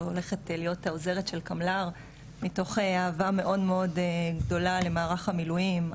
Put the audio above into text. הולכת להיות העוזרת של קמל"ר מתוך אהבה מאוד מאוד גדולה למערך המילואים,